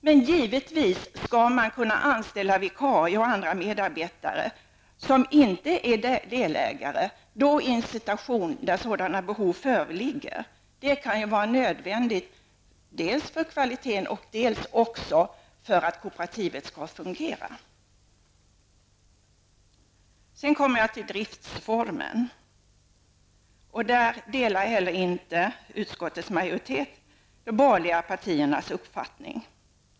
Men givetvis skall man kunna anställa vikarier och andra medarbetare som inte är delägare i en situation då sådana behov föreligger dels för kvaliteten, dels för att kooperativet skall fungera. Utskottets majoritet delar inte heller de borgerliga partiernas uppfattning när det gäller valet av driftsform.